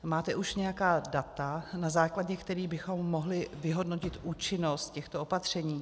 Máte už nějaká data, na základě kterých bychom mohli vyhodnotit účinnost těchto opatření?